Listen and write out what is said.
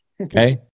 Okay